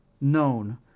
known